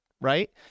Right